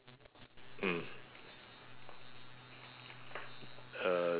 mm uh